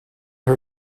her